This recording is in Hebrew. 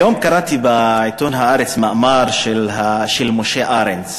היום קראתי בעיתון "הארץ" מאמר של משה ארנס